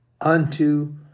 unto